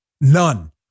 None